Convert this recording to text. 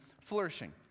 flourishing